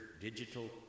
digital